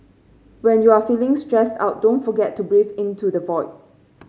when you are feeling stressed out don't forget to breathe into the void